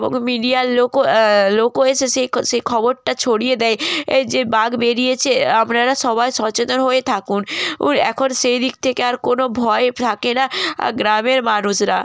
এবং মিডিয়ার লোকও লোকও এসে সেই খ সেই খবরটা ছড়িয়ে দেয় এ যে বাগ বেড়িয়েছে আপনারা সবাই সচেতন হয়ে থাকুন এখন সেই দিক থেকে আর কোনো ভয় থাকে না গ্রামের মানুষরা